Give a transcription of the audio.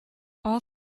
all